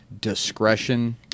discretion